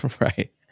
Right